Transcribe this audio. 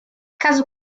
caso